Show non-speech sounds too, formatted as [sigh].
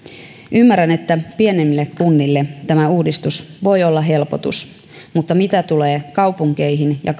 ymmärrän että pienemmille kunnille tämä uudistus voi olla helpotus mutta mitä tulee kaupunkeihin ja [unintelligible]